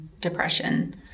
depression